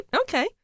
okay